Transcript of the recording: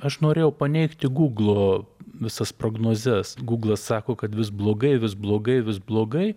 aš norėjau paneigti guglo visas prognozes guglas sako kad vis blogai vis blogai vis blogai